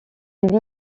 vit